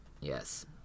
Yes